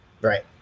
Right